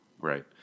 Right